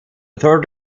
third